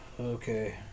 Okay